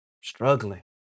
struggling